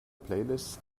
playlists